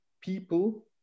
people